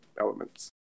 elements